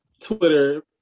twitter